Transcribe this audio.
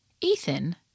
Ethan